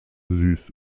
süß